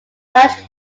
large